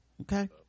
Okay